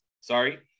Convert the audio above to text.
sorry